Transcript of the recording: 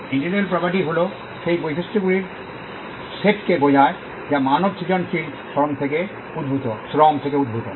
intellectual property হল সেই বৈশিষ্ট্যগুলির সেটকে বোঝায় যা মানব সৃজনশীল শ্রম থেকে উদ্ভূত হয়